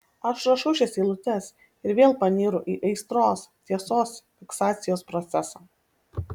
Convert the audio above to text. aš rašau šias eilutes ir vėl panyru į aistros tiesos fiksacijos procesą